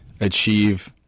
achieve